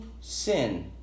sin